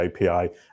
API